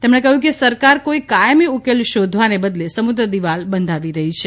તેમણે કહ્યું કે સરકાર કોઇ કાયમી ઉકેલ શોધવાને બદલે સમુદ્ર દિવાલ બંધાવી રહી છે